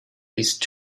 least